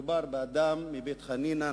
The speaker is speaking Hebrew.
מדובר באדם מבית-חנינא,